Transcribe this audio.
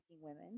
women